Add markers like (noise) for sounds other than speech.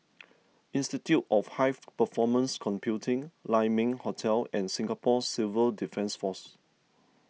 (noise) Institute of High Performance Computing Lai Ming Hotel and Singapore Civil Defence force